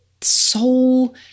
Soul